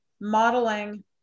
modeling